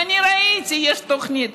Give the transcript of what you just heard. ואני ראיתי, יש תוכנית.